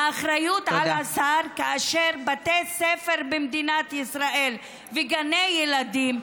האחריות תהיה על השר כאשר בתי ספר במדינת ישראל וגני ילדים,